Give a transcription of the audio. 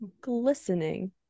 glistening